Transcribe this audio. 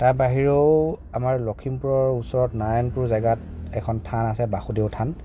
তাৰ বাহিৰেও আমাৰ লক্ষীমপুৰৰ ওচৰত নাৰায়ণপুৰ জেগাত এখন থান আছে বাসুদেৱ থান